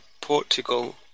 Portugal